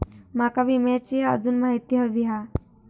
माका विम्याची आजून माहिती व्हयी हा?